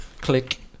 Click